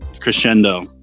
Crescendo